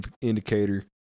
indicator